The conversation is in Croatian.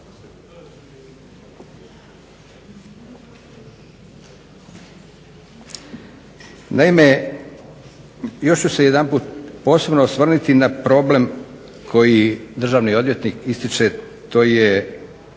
Naime, još ću se jedanput posebno osvrnuti na problem koji državni odvjetnik ističe, riječ